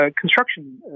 construction